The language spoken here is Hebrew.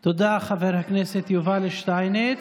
תודה, חבר הכנסת יובל שטייניץ.